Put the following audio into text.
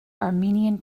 armenian